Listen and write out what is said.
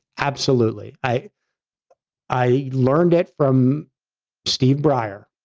absolutely. i i learned it from steve breyer.